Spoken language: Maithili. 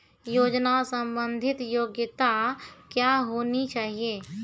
योजना संबंधित योग्यता क्या होनी चाहिए?